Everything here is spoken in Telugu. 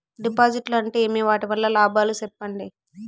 డిపాజిట్లు అంటే ఏమి? వాటి వల్ల లాభాలు సెప్పండి?